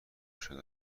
شده